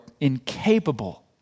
incapable